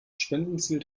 spendenziel